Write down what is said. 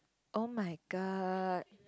oh-my-God